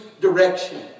direction